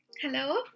Hello